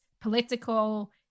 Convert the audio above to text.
political